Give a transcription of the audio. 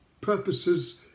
purposes